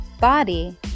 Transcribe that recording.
body